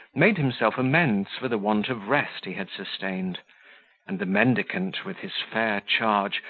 made himself amends for the want of rest he had sustained and the mendicant, with his fair charge,